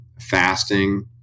fasting